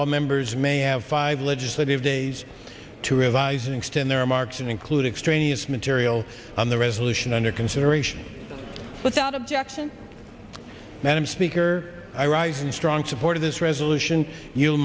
all members may have five legislative days to revise and extend their remarks and include extraneous material on the resolution under consideration but out objection madam speaker iraq has strong support of this resolution you